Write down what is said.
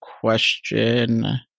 question